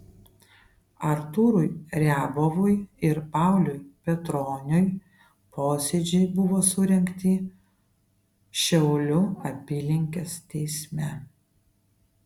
artūrui riabovui ir pauliui petroniui posėdžiai buvo surengti šiaulių apylinkės teisme